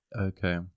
Okay